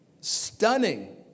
stunning